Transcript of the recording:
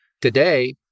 today